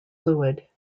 fluid